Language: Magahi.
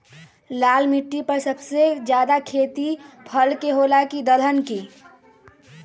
लाल मिट्टी पर सबसे ज्यादा खेती फल के होला की दलहन के?